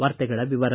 ವಾರ್ತೆಗಳ ವಿವರ